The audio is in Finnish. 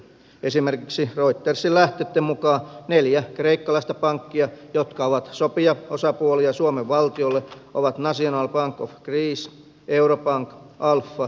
esimerkiksi reutersin lähteitten mukaan neljä kreikkalaista pankkia jotka ovat sopijaosapuolia suomen valtiolle ovat national bank of greece eurobank alpha ja piraeus